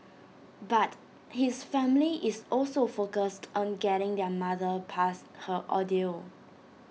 but his family is also focused on getting their mother past her ordeal